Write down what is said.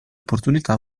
opportunità